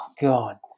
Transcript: God